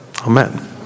Amen